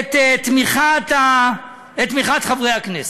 את תמיכת חברי הכנסת.